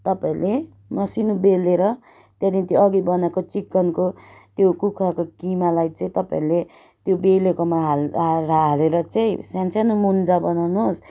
तपाईँले मसिनो बेलेर त्यहाँदेखि त्यो अघि बनाएको चिकनको त्यो कुखुराको किमालाई चाहिँ तपाईँले त्यो बेलेकोमा हालेर चाहिँ सानो सानो मुजा बनाउनुहोस्